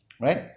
right